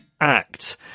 act